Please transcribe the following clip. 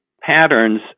patterns